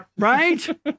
right